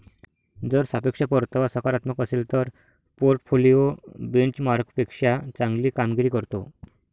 जर सापेक्ष परतावा सकारात्मक असेल तर पोर्टफोलिओ बेंचमार्कपेक्षा चांगली कामगिरी करतो